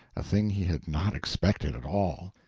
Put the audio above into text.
a thing he had not expected at all.